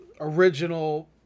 original